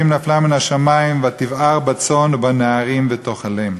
נפלה מן השמים ותבער בצאן ובנערים ותאכלם".